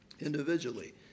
individually